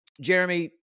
Jeremy